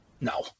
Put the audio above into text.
no